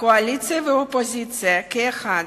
קואליציה ואופוזיציה כאחד,